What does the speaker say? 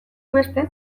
beste